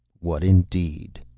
what, indeed?